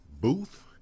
booth